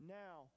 now